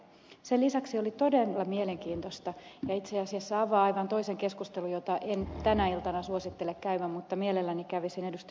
sen lisäksi oli todella mielenkiintoista ja itse asiassa se avaa aivan toisen keskustelun jota en tänä iltana suosittele käymään mutta mielelläni kävisin ed